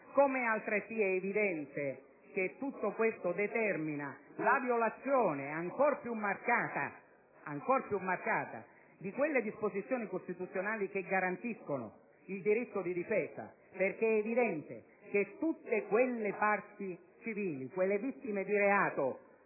come è altresì evidente che tutto questo determina la violazione ancor più marcata di quelle disposizioni costituzionali che garantiscono il diritto di difesa. Ciò è evidente per tutte quelle parti civili, quelle vittime di reato